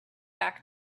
back